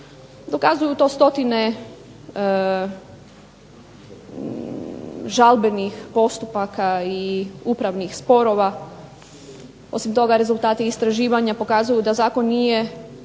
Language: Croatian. Dokazuju to stotine žalbenih postupaka i upravnih sporova. Osim toga rezultati istraživanja pokazuju da zakon nije